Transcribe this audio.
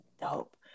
dope